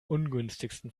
ungünstigsten